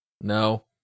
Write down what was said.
No